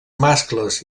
mascles